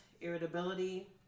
irritability